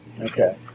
Okay